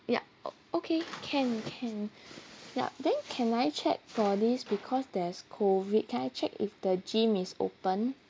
yup o~ okay can can ya then can I check for this because there's COVID can I check if the gym is open